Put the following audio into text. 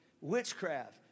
witchcraft